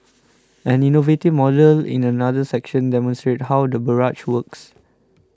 an innovative model in another section demonstrates how the barrage works